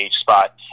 spot